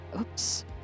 Oops